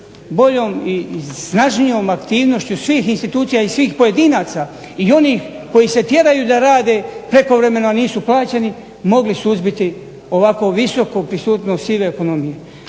boljom i snažnijom aktivnošću svih institucija i svih pojedinaca i onih koji se tjeraju da rade prekovremeno, a nisu plaćeni, mogli suzbiti ovako visoku prisutnost sive ekonomije.